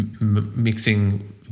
mixing